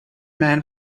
men